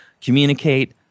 communicate